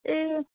ए